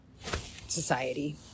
society